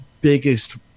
biggest